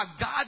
God